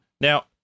Now